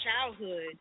childhood